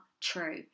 true